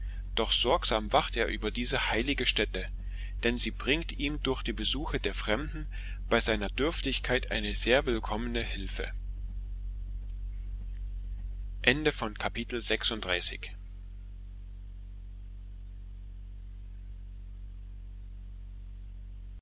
doch sorgsam wacht er über diese heilige stätte denn sie bringt ihm durch die besuche der fremden bei seiner dürftigkeit eine sehr willkommene hilfe